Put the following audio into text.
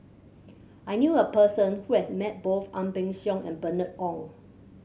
I knew a person who has met both Ang Peng Siong and Bernice Ong